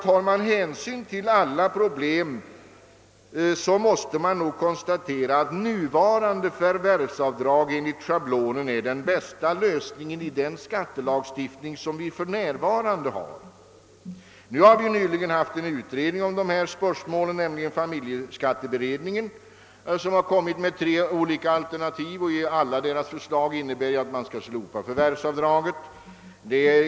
Tar man hänsyn till alla problem måste man nog konstatera, att nuvarande förvärvsavdrag enligt schablon är den bästa lösningen i den skattelagstiftning som vi nu har. Familjeskatteberedningen har nyligen slutfört sitt utredningsuppdrag och därvid framlagt tre olika alternativ. Alla dess förslag innebär att man skall slopa förvärvsavdraget.